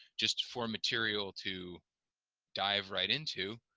just for material to dive right into